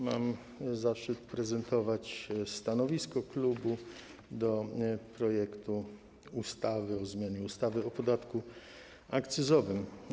Mam zaszczyt prezentować stanowisko klubu odnośnie do projektu ustawy o zmianie ustawy o podatku akcyzowym.